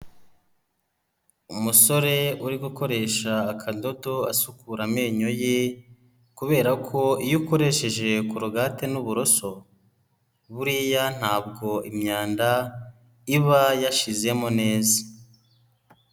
Umusore uri gukoresha akadodo asukura amenyo ye, kubera ko iyo ukoresheje korogate n'uburoso buriya ntabwo imyanda iba yashizemo neza.